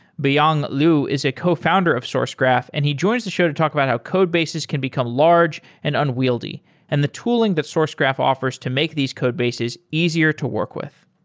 beyang liu is a cofounder of sourcegraph and he joins the show to talk about how codebases can become large and unwieldy and the tooling that sourcegraph offers to make these codebases easier to work with.